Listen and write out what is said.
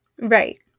Right